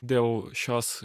dėl šios